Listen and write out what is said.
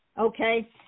Okay